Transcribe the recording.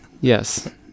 yes